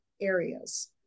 areas